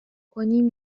کنیم